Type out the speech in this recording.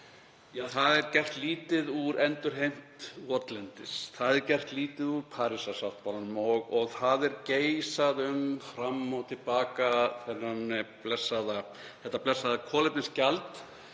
að það er gert lítið úr endurheimt votlendis, það er gert lítið úr Parísarsáttmálanum og það er geisað fram og til baka um þetta blessaða kolefnisgjald